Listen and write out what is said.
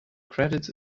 credits